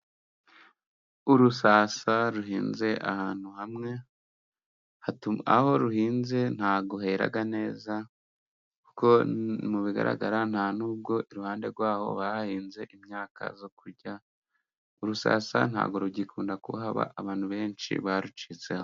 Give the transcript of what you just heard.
Urusasa ruhinze ahantu hamwe, aho ruhinze nta bwo hera neza, kuko mu bigaragara nta n'ubwo iruhande rwaho bahahinze imyaka yo kurya, urusasa nta bwo rugikunda kuhaba, abantu benshi barucitsemo.